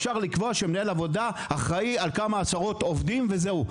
אפשר לקבוע שמנהל עבודה אחראי על כמה עשרות עובדים וזהו,